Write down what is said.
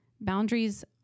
boundaries